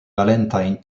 valentine